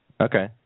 Okay